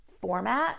format